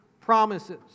promises